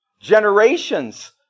Generations